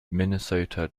minnesota